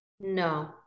No